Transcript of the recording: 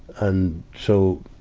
and, so,